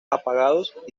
apagados